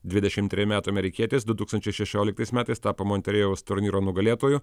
dvidešimt trejų metų amerikietis du tūkstančiai šešioliktais metais tapo monterėjaus turnyro nugalėtoju